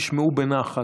הם נשמעו בנחת.